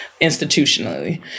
institutionally